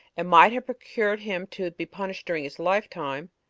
and might have procured him to be punished during his lifetime,